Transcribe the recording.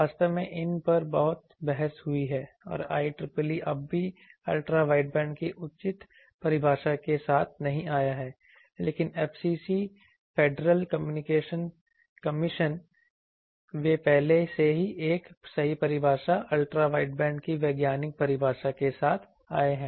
वास्तव में इन पर बहुत बहस हुई है और IEEE अब भी अल्ट्रा वाइडबैंड की उचित परिभाषा के साथ नहीं आया है लेकिन FCC फेडरल कम्युनिकेशन कमीशन वे पहले से ही एक सही परिभाषा अल्ट्रा वाइडबैंड की वैज्ञानिक परिभाषा के साथ आए हैं